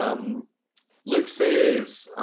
um luke says,